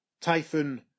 Typhoon